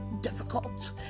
difficult